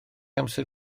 amser